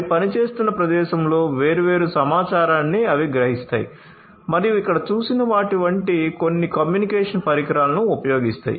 అవి పనిచేస్తున్న ప్రదేశంలో వేర్వేరు సమాచారాన్ని అవి గ్రహిస్తాయి మరియు ఇక్కడ చూపిన వాటి వంటి కొన్ని కమ్యూనికేషన్ పరికరాలను ఉపయోగిస్తాయి